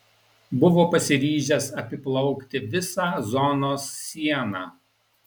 buvo pasiryžęs apiplaukti visą zonos sieną